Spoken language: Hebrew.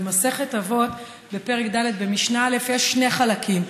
במסכת אבות בפרק ד' משנה א' יש שני חלקים.